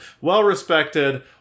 Well-respected